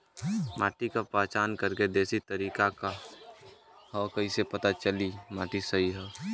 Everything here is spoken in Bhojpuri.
माटी क पहचान करके देशी तरीका का ह कईसे पता चली कि माटी सही ह?